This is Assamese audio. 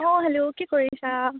অঁ হেল্ল' কি কৰিছা